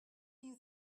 you